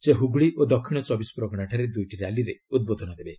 ସେ ହୁଗୁଳି ଓ ଦକ୍ଷିଣ ଚବିଶପ୍ରଗଣାଠାରେ ଦୁଇଟି ର୍ୟାଲିରେ ଉଦ୍ବୋଧନ ଦେବେ